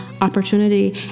opportunity